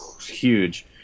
huge